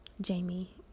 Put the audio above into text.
Jamie